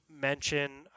mention